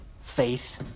faith